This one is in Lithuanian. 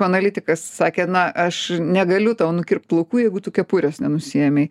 analitikas sakė na aš negaliu tau nukirpt plaukų jeigu tu kepurės nenusiėmei